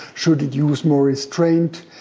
should it use more restraint?